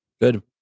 good